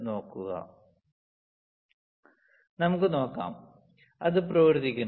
നമുക്ക് നോക്കാം അത് പ്രവർത്തിക്കുന്നു